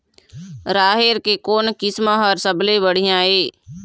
राहेर के कोन किस्म हर सबले बढ़िया ये?